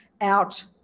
out